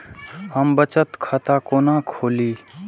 हम बचत खाता कोन खोली?